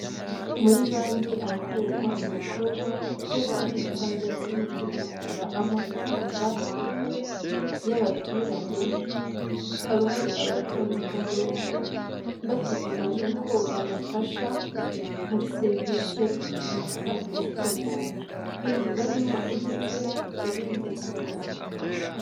Muri banki ahakorerwa ibikorwa byo kubitsa ndetse no kubikura amafaranga y'abaturage, hakaba hari abatonze umurongo bategereje ko babafasha muri serivisi runaka bifuza, barimo ab'igitsina gore ndetse n'igitsina gabo.